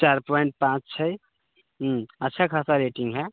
चारि पॉइन्ट पाँच छै हूँ अच्छा खासा रेटिङ्ग हइ